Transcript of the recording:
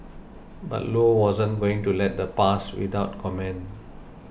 but Low wasn't going to let that pass without comment